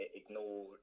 ignore